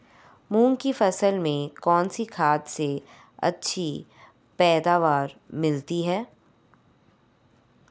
मूंग की फसल में कौनसी खाद से अच्छी पैदावार मिलती है?